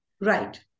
right